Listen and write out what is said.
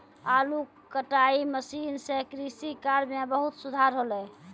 आलू कटाई मसीन सें कृषि कार्य म बहुत सुधार हौले